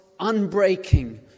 unbreaking